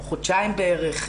או חודשיים בערך,